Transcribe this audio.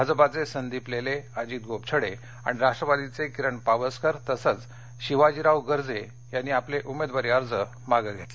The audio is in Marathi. भाजपाचे संदीप लेले अजित गोपछडे आणि राष्ट्रवादीचे किरण पावसकर तसंच शिवाजीराव गर्जे यांनी आपले उमेदवारी अर्ज मागे घेतले